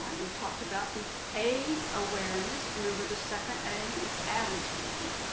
right, we talked about the a awareness. remember the second a is attitude.